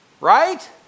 right